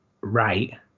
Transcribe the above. right